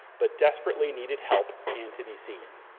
but desperately needed help and to be seen.